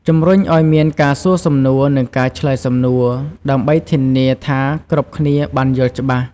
ជំរុញឲ្យមានការសួរសំណួរ និងការឆ្លើយសំណួរ ដើម្បីធានាថាគ្រប់គ្នាបានយល់ច្បាស់។